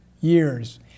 years